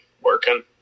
working